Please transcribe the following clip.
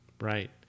Right